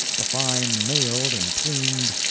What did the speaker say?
the fine mailed and plumed,